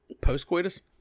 Post-coitus